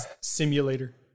simulator